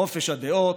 חופש הדעות,